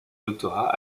doctorat